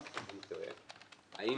האם